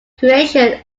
creation